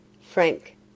frank